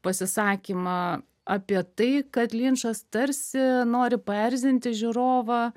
pasisakymą apie tai kad linčas tarsi nori paerzinti žiūrovą